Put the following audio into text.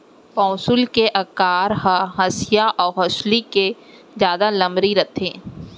पौंसुल के अकार ह हँसिया अउ हँसुली ले जादा लमरी रथे